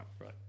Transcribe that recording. Right